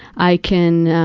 i can,